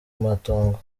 matongo